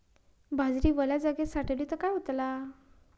बाजरी वल्या जागेत साठवली तर काय होताला?